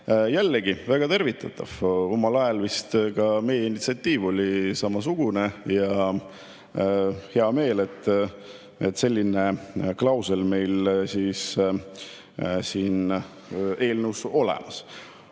jällegi väga tervitatav. Omal ajal oli vist ka meie initsiatiiv samasugune, on hea meel, et selline klausel on meil siin eelnõus olemas.